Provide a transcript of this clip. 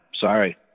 Sorry